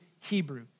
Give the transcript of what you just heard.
Hebrew